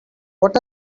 what